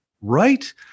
right